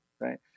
right